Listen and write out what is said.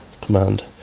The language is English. command